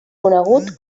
conegut